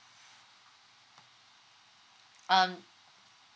um